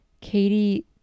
Katie